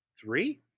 Three